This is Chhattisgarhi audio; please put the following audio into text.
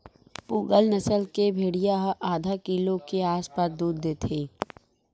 पूगल नसल के भेड़िया ह आधा किलो के आसपास दूद देथे